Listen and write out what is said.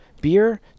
beer